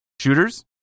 shooters